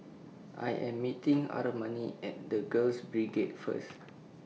I Am meeting Armani At The Girls Brigade First